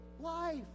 life